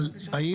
אבל האם,